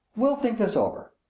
we'll think this over.